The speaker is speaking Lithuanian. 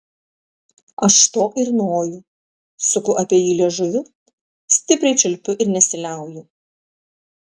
aš to ir noriu suku apie jį liežuviu stipriai čiulpiu ir nesiliauju